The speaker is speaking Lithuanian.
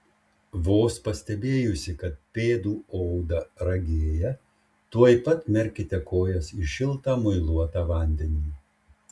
vos pastebėjusi kad pėdų oda ragėja tuoj pat merkite kojas į šiltą muiluotą vandenį